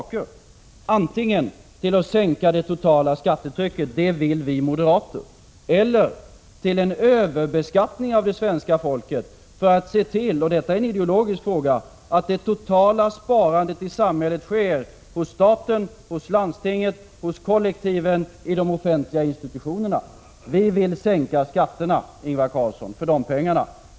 Det kan användas antingen till att sänka det totala skattetrycket, och det vill vi moderater. Eller också kan det användas till en överbeskattning av det svenska folket för att se till — och detta är en ideologisk fråga — att det totala sparandet i samhället sker hos staten, hos landstingen, hos kollektiven, i de offentliga institutionerna. Vi vill sänka skatterna, Ingvar Carlsson, för de pengarna.